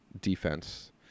defense